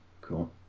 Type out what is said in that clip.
Cool